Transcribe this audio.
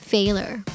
Failure